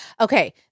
Okay